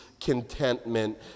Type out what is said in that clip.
contentment